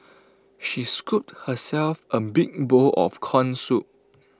she scooped herself A big bowl of Corn Soup